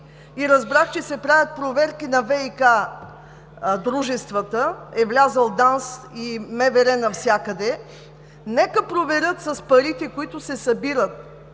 и разбрах, че се правят проверки на ВиК дружествата – влезли са ДАНС и МВР навсякъде, нека проверят с парите, които се събират,